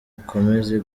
ikomeze